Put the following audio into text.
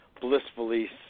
blissfully